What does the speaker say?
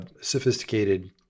sophisticated